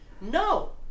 no